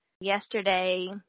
Yesterday